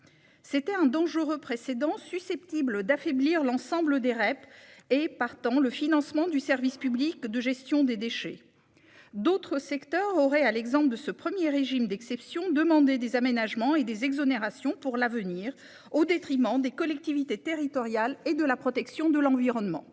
C'était un dangereux précédent susceptible d'affaiblir l'ensemble des REP et, partant, le financement du service public de gestion des déchets. D'autres secteurs auraient, à l'exemple de ce premier régime d'exception, demandé des aménagements et des exonérations pour l'avenir, au détriment des collectivités territoriales et de la protection de l'environnement.